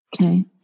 Okay